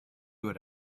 would